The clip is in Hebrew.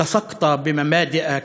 דבקת בעקרונות שלך,